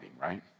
right